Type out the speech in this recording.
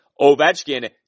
Ovechkin